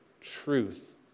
truth